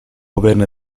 averne